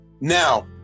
Now